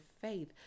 faith